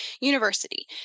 University